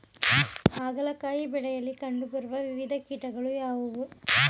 ಹಾಗಲಕಾಯಿ ಬೆಳೆಯಲ್ಲಿ ಕಂಡು ಬರುವ ವಿವಿಧ ಕೀಟಗಳು ಯಾವುವು?